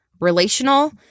relational